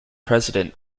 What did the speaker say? president